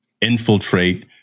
infiltrate